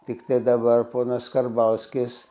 tiktai dabar ponas karbauskis